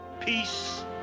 peace